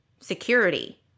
security